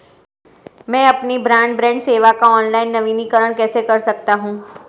मैं अपनी ब्रॉडबैंड सेवा का ऑनलाइन नवीनीकरण कैसे कर सकता हूं?